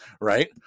right